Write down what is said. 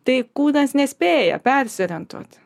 tai kūnas nespėja persiorientuoti